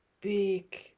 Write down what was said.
big